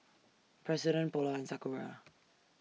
President Polar and Sakura